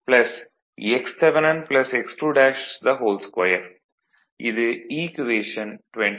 இது ஈக்குவேஷன் 26